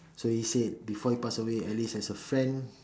so he said before he pass away at least as a friend